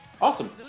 Awesome